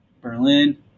Berlin